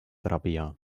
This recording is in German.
rabea